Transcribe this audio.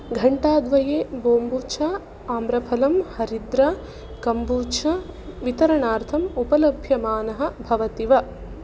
घण्टाद्वये बोम्बूर्चा आम्रफलम् हरिद्रा कम्बूचा वितरणार्थम् उपलभ्यमानः भवति वा